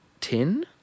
tin